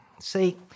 See